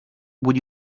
would